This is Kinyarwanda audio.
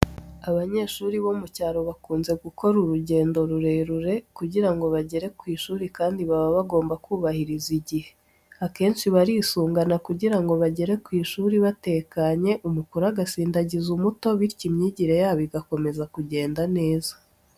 Abanyeshuri bo mu cyaro bakunze gukora urugendo rurerure kugira ngo bagere ku ishuri kandi baba bagomba kubahiriza igihe. Akenshi barisungana kugira ngo bagere ku ishuri batekanye, umukuru agasindagiza umuto, bityo imyigire yabo igakomeza kugenda neza.